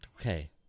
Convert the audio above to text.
Okay